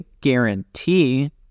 guarantee